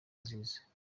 nziza